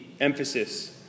emphasis